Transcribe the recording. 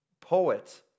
poet